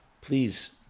Please